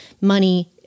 money